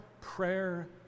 prayer